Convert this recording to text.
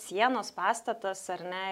sienos pastatas ar ne